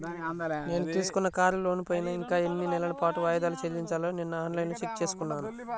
నేను తీసుకున్న కారు లోనుపైన ఇంకా ఎన్ని నెలల పాటు వాయిదాలు చెల్లించాలో నిన్నఆన్ లైన్లో చెక్ చేసుకున్నాను